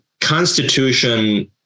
Constitution